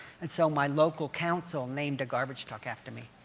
and so my local council named a garbage truck after me.